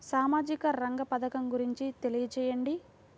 సామాజిక రంగ పథకం గురించి తెలియచేయండి?